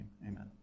Amen